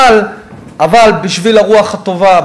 אבל בשביל הרוח הטובה,